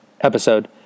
episode